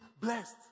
blessed